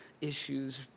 issues